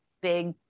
big